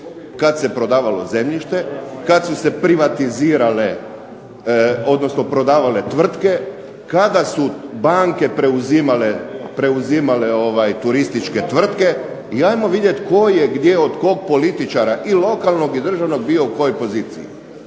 kad se prodavalo zemljište, kad su se privatizirale, odnosno prodavale tvrtke, kada su banke preuzimale turističke tvrtke i hajmo vidjeti tko je gdje od kog političara i lokalnog i državnog bio u kojoj poziciji.